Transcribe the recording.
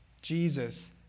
Jesus